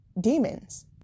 demons